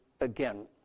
again